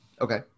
Okay